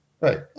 Right